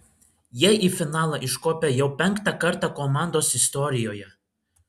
jie į finalą iškopė jau penktą kartą komandos istorijoje